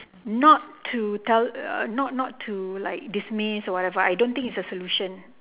not to tell uh not not to like dismiss or whatever I don't think it's a solution